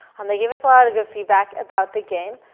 um they gave us a lot of good feedback about the game.